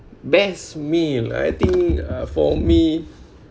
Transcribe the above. best meal I think uh for me